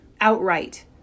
outright